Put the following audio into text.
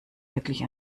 wirklich